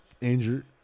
injured